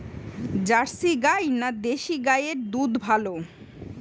Jersey গাই না দেশী গাইয়ের দুধ ভালো?